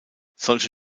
solche